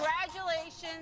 Congratulations